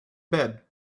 bed